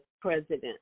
president